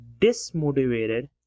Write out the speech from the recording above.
dismotivated